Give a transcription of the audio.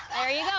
ah you go.